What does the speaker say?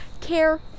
care